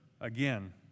again